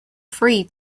free